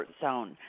zone